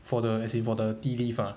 for the as in for the tea leaf ah